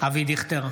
אבי דיכטר,